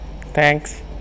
Thanks